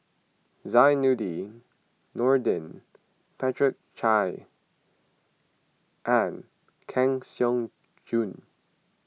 Zainudin Nordin Patricia Chan and Kang Siong Joo